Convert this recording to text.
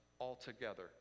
altogether